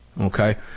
Okay